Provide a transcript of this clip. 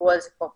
דיברו על זה פה,